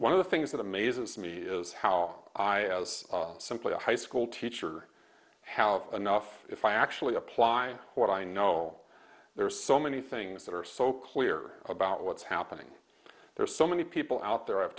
one of the things that amazes me is how i was simply a high school teacher have enough if i actually apply what i know there are so many things that are so clear about what's happening there are so many people out there i've